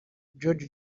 george